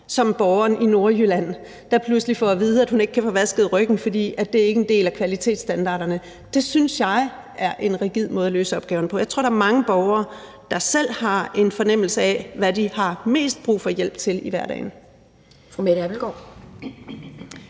for borgeren i Nordjylland, der pludselig får at vide, at hun ikke kan få vasket ryggen, fordi det ikke er en del af kvalitetsstandarderne. Det synes jeg er en rigid måde at løse opgaverne på. Jeg tror, der er mange borgere, der selv har en fornemmelse af, hvad de har mest brug for hjælp til i hverdagen.